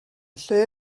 lle